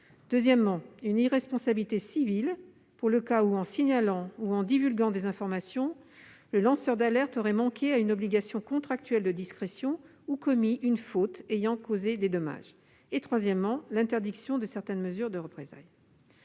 ensuite, une irresponsabilité civile dans le cas où, en signalant ou en divulguant des informations, le lanceur d'alerte aurait manqué à une obligation contractuelle de discrétion ou commis une faute ayant causé des dommages ; enfin, l'interdiction de certaines mesures de représailles.